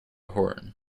horn